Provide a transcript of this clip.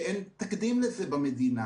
שאין תקדים לזה במדינה.